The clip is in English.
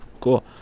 cool